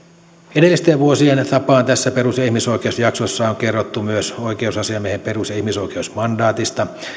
edellisten vuosien tapaan tässä perus ja ihmisoikeusjaksossa on kerrottu myös oikeusasiamiehen perus ja ihmisoikeusmandaatista